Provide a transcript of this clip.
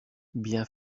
bien